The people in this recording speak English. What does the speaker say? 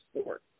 sport